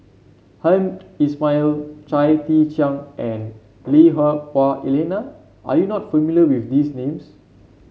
Hamed Ismail Chia Tee Chiak and Lui Hah Wah Elena are you not familiar with these names